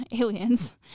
Aliens